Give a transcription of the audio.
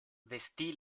vestì